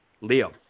Leo